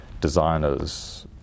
designers